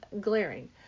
glaring